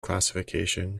classification